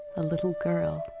a little girl.